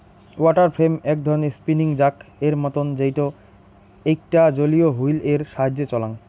water frame এক ধরণের spinning জাক এর মতন যেইটো এইকটা জলীয় হুইল এর সাহায্যে চলাং